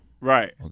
Right